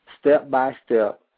step-by-step